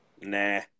Nah